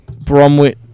Bromwich